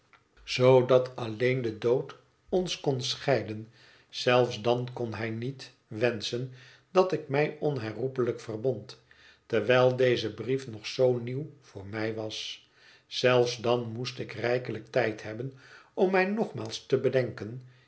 zoodat alleen de dood ons kon scheiden zelfs dan kon hij niet wenschen dat ik mij onherroepelijk verbond terwijl deze brief nog zoo nieuw voor mij was zelfs dan moest ik rijkelijk tijd hebben om mij nogmaals te bedenken